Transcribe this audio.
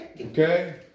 Okay